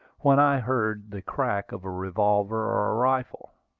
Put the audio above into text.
when i heard the crack of a revolver or a rifle.